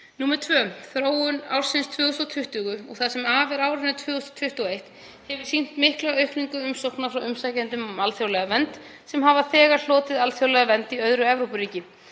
landi. 2. Þróun ársins 2020 og það sem af er árinu 2021 hefur sýnt mikla aukningu umsókna frá umsækjendum um alþjóðlega vernd sem hafa þegar hlotið alþjóðlega vernd í öðru Evrópuríki.